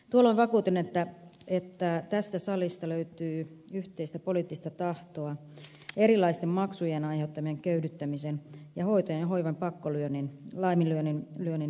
tuolloin vakuutin että tästä salista löytyy yhteistä poliittista tahtoa erilaisten maksujen aiheuttaman köyhdyttämisen ja hoitojen ja hoivan pakkolaiminlyönnin estämiseen